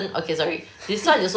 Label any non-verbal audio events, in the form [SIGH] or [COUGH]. [LAUGHS]